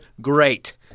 Great